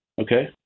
Okay